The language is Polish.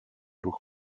ruch